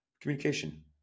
Communication